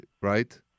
right